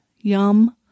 Yum